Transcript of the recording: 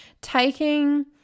taking